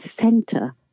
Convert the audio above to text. center